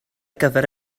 gyfer